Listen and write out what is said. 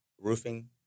roofing